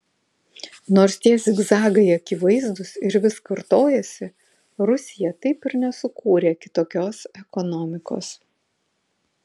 nors tie zigzagai akivaizdūs ir vis kartojasi rusija taip ir nesukūrė kitokios ekonomikos